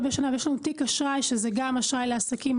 בשנה ויש לנו תיק אשראי שזה גם אשראי לעסקים,